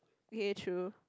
okay true